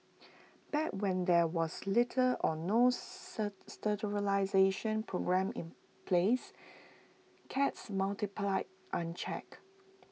back when there was little or no sterilisation programme in place cats multiplied unchecked